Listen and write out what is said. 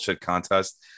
contest